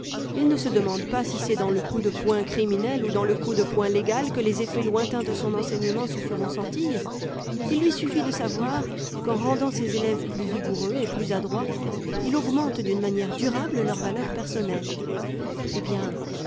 il ne se demande pas si c'est dans le coup de poing criminel ou dans le coup de poing légal que les effets lointains de son enseig nement se feront sentir il lui suffit de savoir qu'en rendant ses élèves plus vigoureux et plus adroits il augmente d'une manière durable leur valeur personnelle eh bien